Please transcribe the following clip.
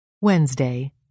Wednesday